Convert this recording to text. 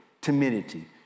timidity